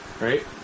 Right